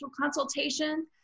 consultation